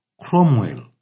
Cromwell